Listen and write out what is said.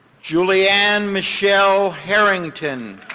julie ann michelle harrington.